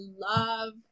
love